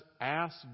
ask